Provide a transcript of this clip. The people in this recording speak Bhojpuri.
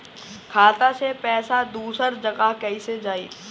खाता से पैसा दूसर जगह कईसे जाई?